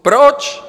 Proč?